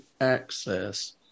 access